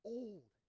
old